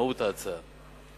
למהות ההצעה.